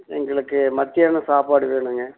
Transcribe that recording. எங்களுக்கு மத்தியானம் சாப்பாடு வேணுங்க